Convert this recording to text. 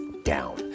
Down